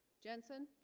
jensen